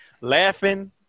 laughing